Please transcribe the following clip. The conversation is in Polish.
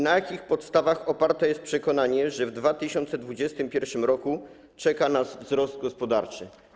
Na jakich podstawach oparte jest przekonanie, że w 2021 r. czeka nas wzrost gospodarczy?